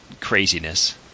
craziness